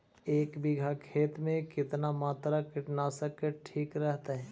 एक बीघा खेत में कितना मात्रा कीटनाशक के ठिक रहतय?